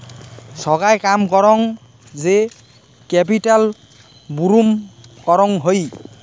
সোগায় কাম করং যে ক্যাপিটাল বুরুম করং হই